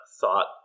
thought